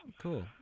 Cool